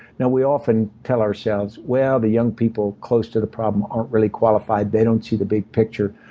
now, we often tell ourselves, well, the young people close to the problem aren't really qualified. they don't see the big picture.